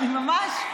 ממש.